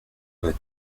vas